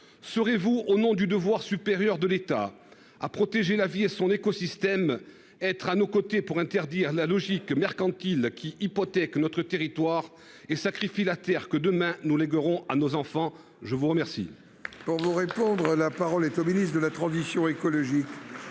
serez-vous au nom du devoir supérieur de l'État à protéger la vie et son écosystème. Être à nos côtés pour interdire la logique mercantile qui hypothèque notre territoire et sacrifie la terre que demain nous lèverons à nos enfants. Je vous remercie.